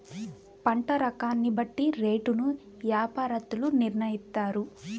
పంట రకాన్ని బట్టి రేటును యాపారత్తులు నిర్ణయిత్తారు